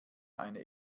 eine